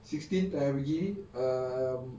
sixteen tu I pergi um